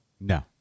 No